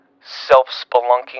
self-spelunking